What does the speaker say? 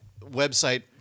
website